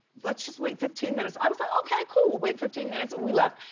let's just wait fifteen minutes. i was like, okay cool, we'll wait fifteen minutes. we left.